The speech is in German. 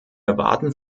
erwarten